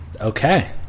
Okay